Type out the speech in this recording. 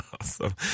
Awesome